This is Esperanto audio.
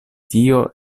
tio